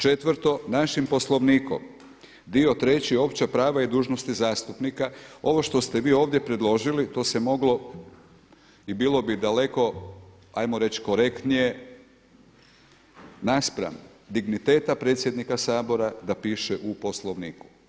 Četvrto, našim Poslovnikom dio treći – Opća prava i dužnosti zastupnika ovo što ste vi ovdje predložili to se moglo i bilo bi daleko ajmo reći korektnije naspram digniteta predsjednika Sabora da piše u Poslovniku.